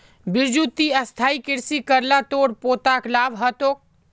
बिरजू ती स्थायी कृषि कर ल तोर पोताक लाभ ह तोक